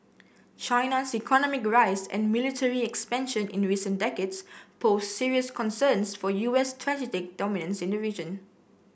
China's economic rise and military expansion in recent decades pose serious concerns for U S strategic dominance in the region